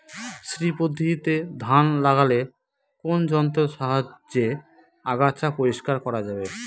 শ্রী পদ্ধতিতে ধান লাগালে কোন যন্ত্রের সাহায্যে আগাছা পরিষ্কার করা যাবে?